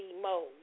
mode